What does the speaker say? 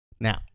Now